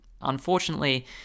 Unfortunately